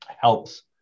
helps